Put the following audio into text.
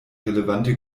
relevante